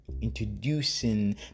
introducing